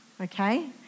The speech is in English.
okay